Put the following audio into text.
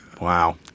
Wow